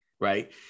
right